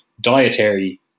dietary